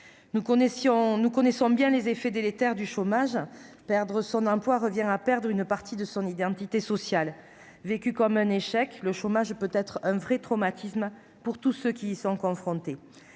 nous connaissons bien les effets délétères du chômage, perdre son emploi revient à perdre une partie de son identité sociale vécu comme un échec le chômage peut être un vrai traumatisme pour tous ceux qui y sont confrontés,